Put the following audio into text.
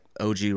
OG